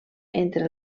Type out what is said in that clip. entre